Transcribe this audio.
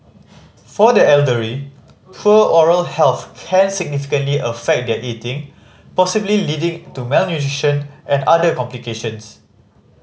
for the elderly poor oral health can significantly affect their eating possibly leading to malnutrition and other complications